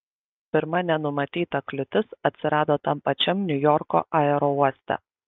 pirma nenumatyta kliūtis atsirado tam pačiam niujorko aerouoste